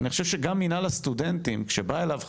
אני חושב שגם מינהל הסטודנטים, כשבא אליו חייל,